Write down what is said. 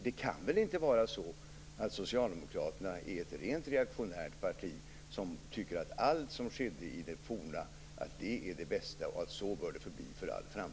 Det kan väl inte vara så att Socialdemokraterna är ett rent reaktionärt parti som tycker att allt som skedde i det forna är det bästa och att så bör det förbli för all framtid.